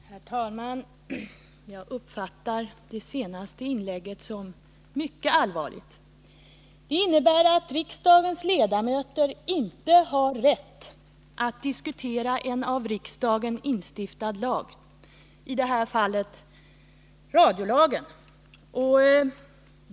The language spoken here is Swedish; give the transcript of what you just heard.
Herr talman! Jag uppfattar det senaste inlägget som mycket allvarligt. Det innebär att riksdagens ledamöter inte har rätt att diskutera en av riksdagen instiftad lag, i detta fall radiolagen.